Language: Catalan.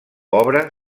obra